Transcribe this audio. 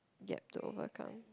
gap to overcome